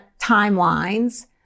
timelines